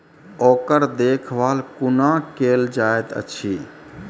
ओकर देखभाल कुना केल जायत अछि?